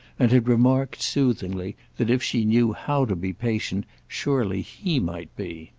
and had remarked soothingly that if she knew how to be patient surely he might be.